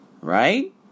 right